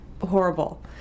horrible